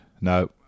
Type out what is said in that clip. No